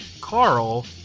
carl